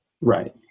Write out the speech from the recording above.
right